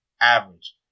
average